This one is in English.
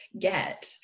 get